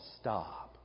stop